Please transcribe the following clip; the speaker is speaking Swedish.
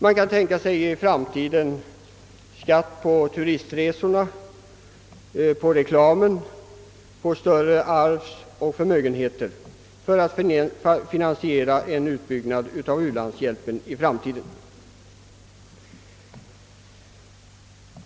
Man kan tänka sig att i framtiden lägga skatt på turistresorna, på reklamen, på större arv och förmögenheter för att finansiera en utbyggnad av u-landshjälpen.